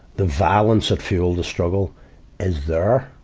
the violence that fueled the struggle is there,